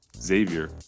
Xavier